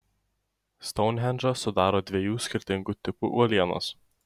stounhendžą sudaro dviejų skirtingų tipų uolienos